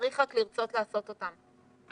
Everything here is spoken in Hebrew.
צריך רק לרצות לעשות אותם.